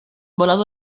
volado